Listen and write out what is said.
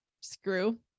screw